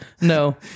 no